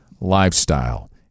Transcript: lifestyle